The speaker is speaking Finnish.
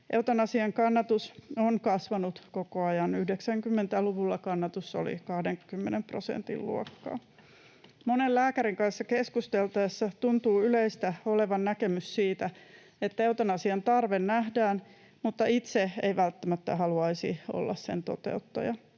Eutanasian kannatus on kasvanut koko ajan. 90-luvulla kannatus oli 20 prosentin luokkaa. Monen lääkärin kanssa keskustellessa tuntuu yleistä olevan näkemys siitä, että eutanasian tarve nähdään, mutta itse ei välttämättä haluaisi olla sen toteuttaja.